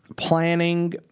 planning